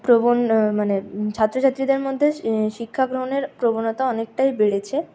মানে ছাত্রছাত্রীদের মধ্যে শিক্ষাগ্রহণের প্রবণতা অনেকটাই বেড়েছে